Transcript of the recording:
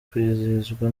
kwizihizwa